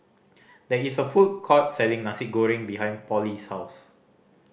there is a food court selling Nasi Goreng behind Pollie's house